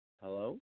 Hello